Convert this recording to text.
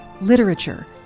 literature